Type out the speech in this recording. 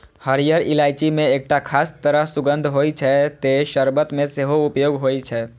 हरियर इलायची मे एकटा खास तरह सुगंध होइ छै, तें शर्बत मे सेहो उपयोग होइ छै